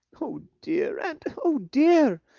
oh dear! and oh dear!